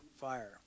fire